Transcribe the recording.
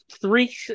three